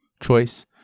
choice